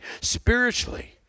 spiritually